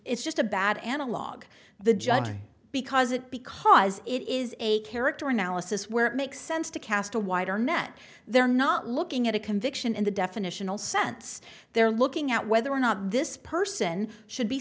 it's just a bad analog the judge because it because it is a character analysis where it makes sense to cast a wider net they're not looking at a conviction in the definitional sense they're looking at whether or not this person should be